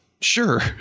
Sure